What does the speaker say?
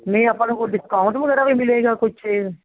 ਨਈਂ ਆਪਾਂ ਨੂੰ ਕੋਈ ਡਿਸਕਾਊਂਟ ਵਗੈਰਾ ਵੀ ਮਿਲੇਗਾ ਕੁਛ